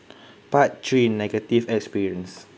part three negative experience